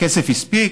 הכסף הספיק,